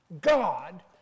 God